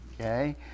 Okay